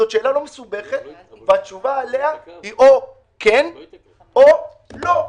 זו שאלה לא מסובכת והתשובה עליה היא: או כן או לא.